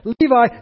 Levi